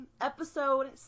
episode